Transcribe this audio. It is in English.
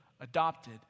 adopted